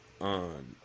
on